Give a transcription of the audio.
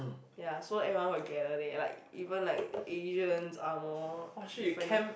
ya so everyone will gathered there like even like Asians angmoh different